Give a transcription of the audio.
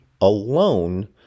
alone